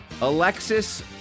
Alexis